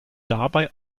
dabei